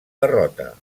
derrota